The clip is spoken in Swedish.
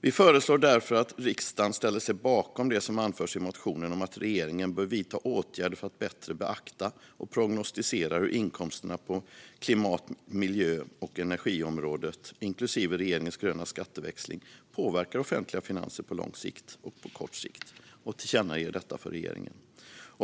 Vi föreslår därför att riksdagen ställer sig bakom det som anförs i motionen om att regeringen bör vidta åtgärder för att bättre beakta och prognostisera hur inkomsterna på klimat, miljö och energiområdet, inklusive regeringens gröna skatteväxling, påverkar offentliga finanser på kort och lång sikt och tillkännager detta för regeringen.